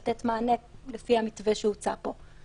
לתת מענה לפי המתווה שהוצע פה.